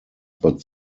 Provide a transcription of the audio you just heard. but